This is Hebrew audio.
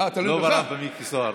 לא ברב מיקי זוהר.